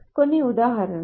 కొన్ని ఉదాహరణలు